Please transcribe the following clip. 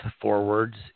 forwards